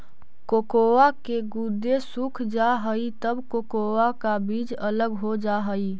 cocoa के गुदे सूख जा हई तब कोकोआ का बीज अलग हो जा हई